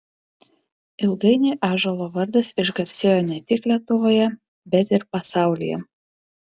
ilgainiui ąžuolo vardas išgarsėjo ne tik lietuvoje bet ir pasaulyje